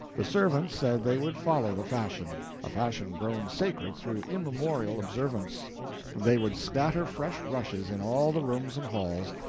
the servants said they would follow the fashion, a fashion grown sacred through immemorial observance they would scatter fresh rushes in all the rooms and halls,